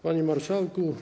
Panie Marszałku!